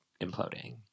imploding